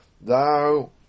Thou